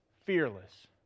fearless